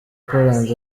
poland